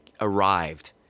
arrived